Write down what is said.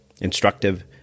instructive